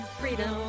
freedom